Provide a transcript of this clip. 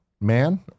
man